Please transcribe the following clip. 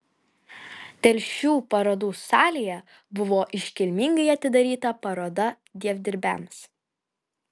telšių parodų salėje buvo iškilmingai atidaryta paroda dievdirbiams